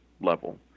level